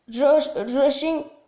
rushing